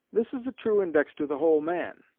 this is a true index to the whole man.